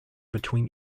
between